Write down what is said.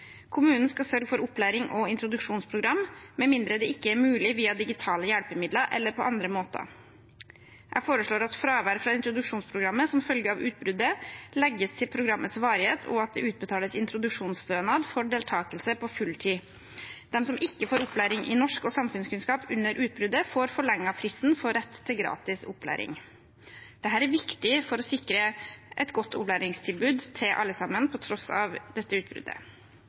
Kommunen skal sørge for opplæring og introduksjonsprogram med mindre det ikke er mulig via digitale hjelpemidler eller på andre måter. Jeg foreslår at fravær fra introduksjonsprogrammet som følge av utbruddet legges til programmets varighet, og at det utbetales introduksjonsstønad for deltakelse på fulltid. De som ikke får opplæring i norsk og samfunnskunnskap under utbruddet, får forlenget fristen for rett til gratis opplæring. Dette er viktig for å sikre et godt opplæringstilbud til alle sammen på tross av dette utbruddet.